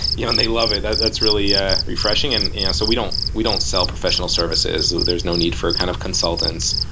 yeah and they love it, that's really ah refreshing. and yeah so we don't we don't sell professional services. there's no need for kind of consultants.